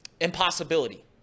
impossibility